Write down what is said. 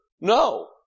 No